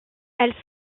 elles